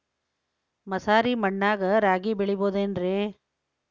ಮಸಾರಿ ಮಣ್ಣಾಗ ರಾಗಿ ಬೆಳಿಬೊದೇನ್ರೇ?